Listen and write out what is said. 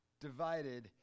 divided